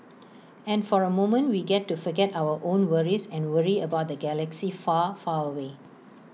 and for A moment we get to forget our own worries and worry about the galaxy far far away